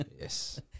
Yes